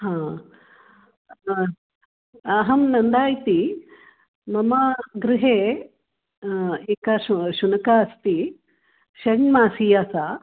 हा अहं नन्दा इति मम गृहे एका श शुनका अस्ति षण्मासीया सा